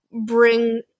bring